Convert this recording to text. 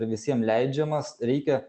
visiem leidžiamas reikia